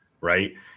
right